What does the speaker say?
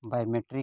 biometric